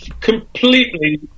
completely